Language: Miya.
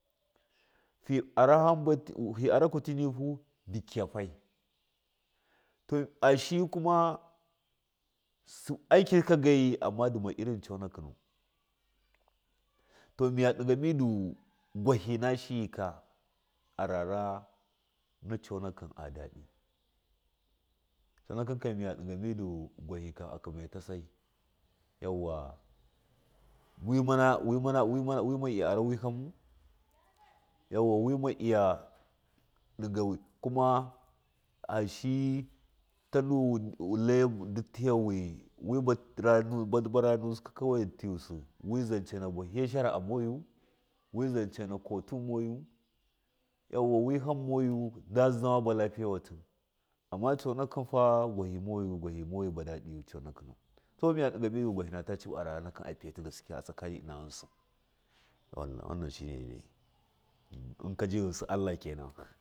Fi ara kutinihu ndɨ kiyahaii to ashiyi kuma su akirka gaiyi amma ndɨ ma iririn coonakɨnu to miya ɗiga midu gwahi na shiyaikaa arar ana coonakin a daɗi coonakin miya ɗiga muduu gwahi a kɨmaitasai wimana wima wima wima iya ara wihamu wauwa wɨma iya ɗigau kuma ashiyi tanu tlai ndi taiga wɨ wɨ bara nusɨ kawai ndi tuji wi zance na kotu moyu yauwa wɨham moyu ndi zama tlafiya watii amma coonaki fa gwahi moyu gwahi moyu ba daɗi coonakinu kawai mɨya ɗiga gwahi nate ciɗu ararara afɨyatii gaskiya wanna shine dai dai inkaji ghɨnsi allah ken.